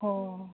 ꯑꯣ ꯑꯣ ꯑꯣ